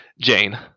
Jane